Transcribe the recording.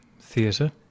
Theatre